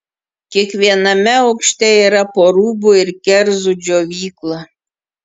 kiekviename aukšte yra po rūbų ir kerzų džiovyklą